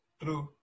true